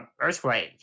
earthquake